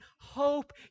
hope